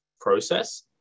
process